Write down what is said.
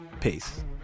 peace